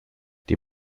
die